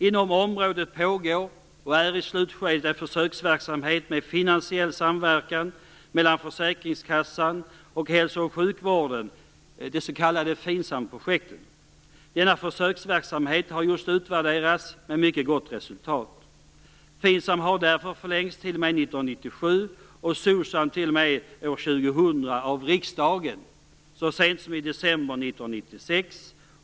Inom området pågår en försöksverksamhet med finansiell samverkan mellan försäkringskassan och hälso och sjukvården, det s.k. FINSAM projektet. Denna försöksverksamhet är i slutskedet och har just utvärderats med mycket gott resultat. FINSAM har därför förlängts t.o.m. 1997 och SOCSAM t.o.m. år 2000 av riksdagen så sent som i december 1996.